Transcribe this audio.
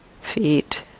feet